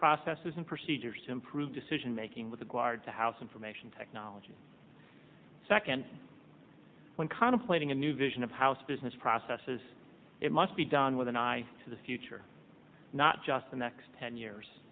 processes and procedures to improve decision making with the guard to house information technology second when contemplating a new vision of house business processes it must be done with an eye to the future not just the next ten years